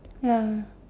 ya